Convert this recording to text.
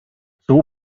zoo